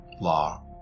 Law